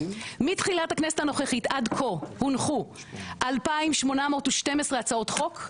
מתחילת הכנסת הנוכחית עד כה הונחו 2812 הצעות חוק,